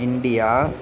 India